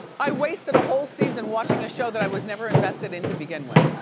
i wasted a whole season watching a show that i was never invested in to begin with.